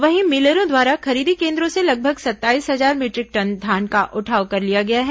वहीं मिलरों द्वारा खरीदी केन्द्रों से लगभग सत्ताईस हजार मीटरिक टन धान का उठाव कर लिया गया है